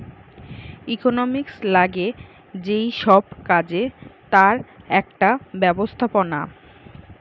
economics লাগে যেই সব কাজে তার একটা ব্যবস্থাপনা